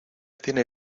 tiene